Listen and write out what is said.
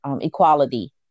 equality